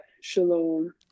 Shalom